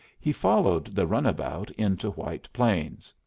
he followed the runabout into white plains.